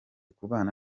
kubana